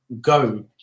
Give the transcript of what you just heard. Go